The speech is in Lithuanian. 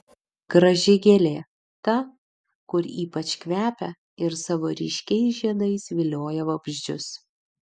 graži gėlė ta kur ypač kvepia ir savo ryškiais žiedais vilioja vabzdžius